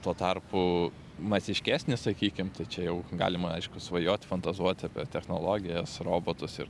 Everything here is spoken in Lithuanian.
tuo tarpu masiškesnis sakykim tai čia jau galima aišku svajot fantazuot apie technologijas robotus ir